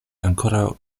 ankoraŭ